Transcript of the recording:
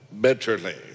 bitterly